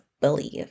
believe